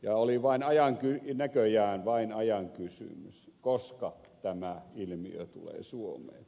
ja oli näköjään vain ajan kysymys koska tämä ilmiö tulee suomeen